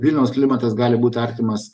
vilniaus klimatas gali būt artimas